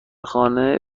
خانه